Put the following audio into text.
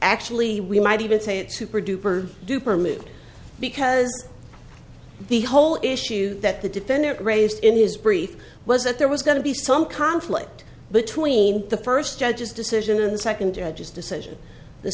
actually we might even say it's super duper duper moot because the whole issue that the defendant raised in his brief was that there was going to be some conflict between the first judge's decision and the second judge's decision the